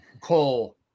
Cole